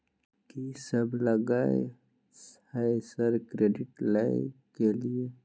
कि सब लगय हय सर क्रेडिट कार्ड लय के लिए?